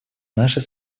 нашей